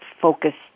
focused